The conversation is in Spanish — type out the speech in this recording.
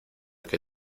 que